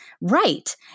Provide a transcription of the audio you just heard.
right